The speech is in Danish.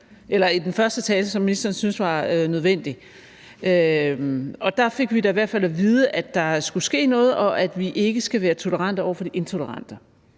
det i den første tale, som ministeren syntes var nødvendigt. Og der fik vi da i hvert fald at vide, at der skulle ske noget, og at vi ikke skal være tolerante over for de intolerante.